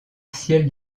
ciel